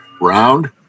Round